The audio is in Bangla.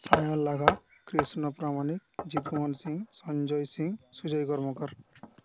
সায়ন লাগা কৃষ্ণ প্রামাণিক জিতমোহন সিং সঞ্জয় সিং সুজয় কর্মকার